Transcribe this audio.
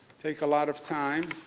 take a lot of time